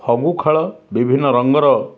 ଫଗୁ ଖେଳ ବିଭିନ୍ନ ରଙ୍ଗର